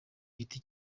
giti